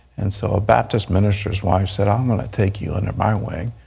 and so a baptist minister's wife said, i'm going to take you under my wing.